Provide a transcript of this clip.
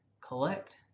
collect